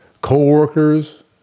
co-workers